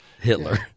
Hitler